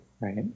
right